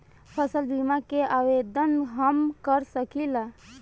फसल बीमा के आवेदन हम कर सकिला?